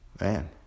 man